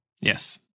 Yes